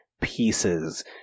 pieces